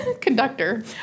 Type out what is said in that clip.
conductor